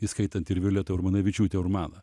įskaitant ir violetą urmanavičiūtę urmaną